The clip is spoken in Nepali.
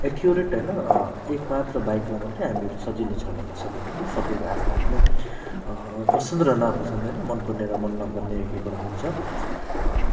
एक्युरेट होइन एकमात्र बाइकलाई मात्रै हामीहरू सजिलो छ भन्न सकिँदैन सबैको आफ्नो आफ्नो पसन्द र नापसन्द होइन मनपर्ने र मन नपर्ने एक एकवटा हुन्छ